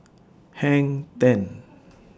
Hang ten